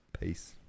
Peace